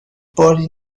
باری